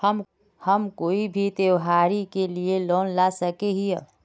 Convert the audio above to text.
हम कोई भी त्योहारी के लिए लोन ला सके हिये?